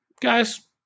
guys